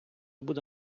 буде